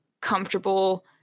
comfortable